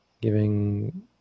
giving